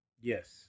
Yes